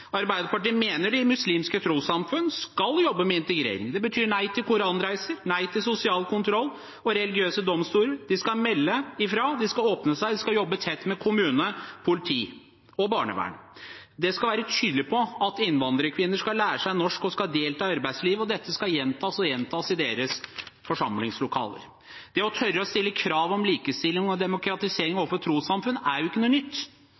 Arbeiderpartiet mener de muslimske trossamfunn skal jobbe med integrering. Det betyr nei til koranreiser, nei til sosial kontroll og nei til religiøse domstoler. De skal melde ifra, de skal åpne seg, de skal jobbe tett med kommune, politi og barnevern. De skal være tydelige på at innvandrerkvinner skal lære seg norsk og delta i arbeidslivet, og dette skal gjentas og gjentas i deres forsamlingslokaler. Det å tørre å stille krav om likestilling og demokratisering overfor trossamfunn er ikke noe nytt.